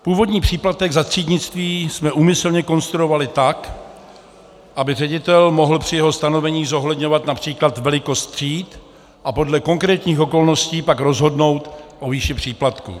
Původní příplatek za třídnictví jsme úmyslně konstruovali tak, aby ředitel mohl při jeho stanovení zohledňovat např. velikost tříd a podle konkrétních okolností pak rozhodnout o výši příplatků.